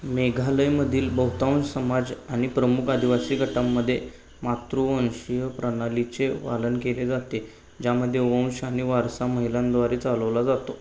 मेघालयमधील बहुतांश समाज आणि प्रमुख आदिवासी गटांमध्ये मातृवंशीय प्रणालीचे पालन केले जाते ज्यामध्ये वंश आणि वारसा महिलांद्वारे चालवला जातो